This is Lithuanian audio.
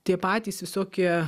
tie patys visokie